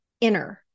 inner